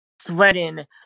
sweating